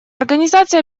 организация